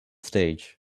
stage